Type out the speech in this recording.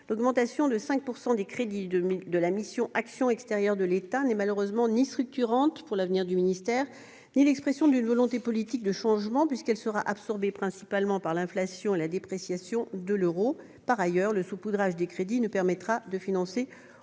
l'augmentation de 5 % des crédits de la mission « Action extérieure de l'État » n'est malheureusement ni structurante pour l'avenir du ministère ni l'expression d'une volonté politique de changement, puisqu'elle sera en grande partie absorbée par l'inflation et par la dépréciation de l'euro. Par ailleurs, le saupoudrage des crédits ne permettra de financer aucune